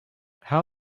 how